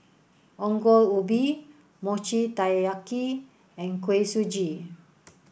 Ongol Ubi Mochi Taiyaki and Kuih Suji